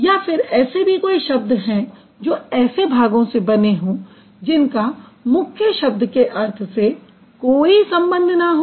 या फिर ऐसे भी कोई शब्द हैं जो ऐसे भागों से बने हों जिनका मुख्य शब्द के अर्थ से कोई संबंध न हो